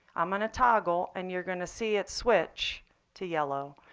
i'm on a toggle and you're going to see it switch to yellow.